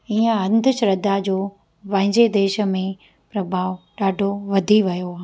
ईअं अंधश्रद्धा जो पंहिंजे देश में प्रभाव ॾाढो वधी वियो आहे